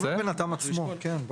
אבל,